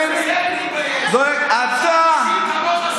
אני מתבייש באנשים כמוך,